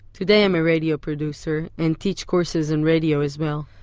today i'm a radio producer, and teach courses in radio as well.